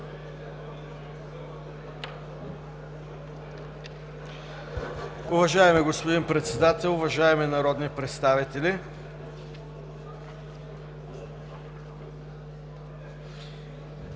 Уважаеми господин Председател, уважаеми народни представители!